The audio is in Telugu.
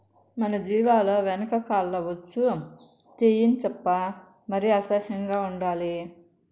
మన జీవాల వెనక కాల్ల బొచ్చు తీయించప్పా మరి అసహ్యం ఉండాలి